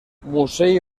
musell